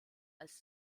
als